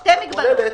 שתי מגבלות.